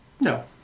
No